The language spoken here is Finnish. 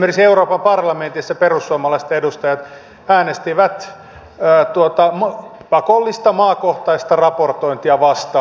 esimerkiksi euroopan parlamentissa perussuomalaisten edustajat äänestivät tuota pakollista maakohtaista raportointia vastaan